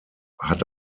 hat